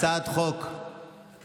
מה עם סיכום של השר?